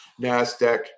NASDAQ